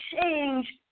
change